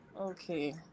Okay